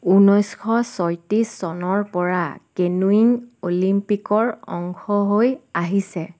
ঊনৈছশ ছয়ত্ৰিছ চনৰ পৰা কেনুয়িং অলিম্পিকৰ অংশ হৈ আহিছে